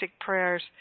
prayers